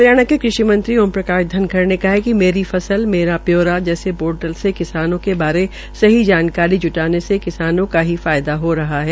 हरियाणा के कृषि ओम प्रकाश धनखड़ ने कहा है कि मेरी फसल मेरा ब्योरा जैसे पोर्टल में किसानों के बारे सही जानकारी ज्टाने से किसानों का ही फायदा हो रहा है